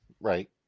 Right